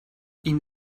ihnen